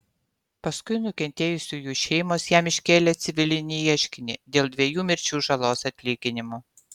paskui nukentėjusiųjų šeimos jam iškėlė civilinį ieškinį dėl dviejų mirčių žalos atlyginimo